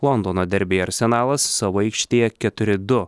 londono derbyje arsenalas savo aikštėje keturi du